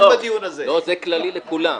זה כללי לכולם.